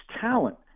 talent